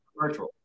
Virtual